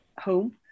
home